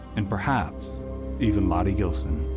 and perhaps even lottie gilson.